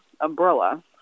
umbrella